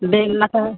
देना था